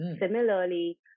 Similarly